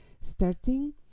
starting